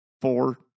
four